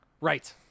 Right